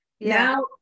now